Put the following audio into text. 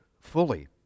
fully